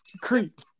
creep